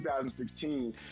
2016